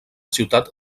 ciutat